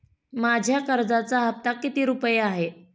माझ्या कर्जाचा हफ्ता किती रुपये आहे?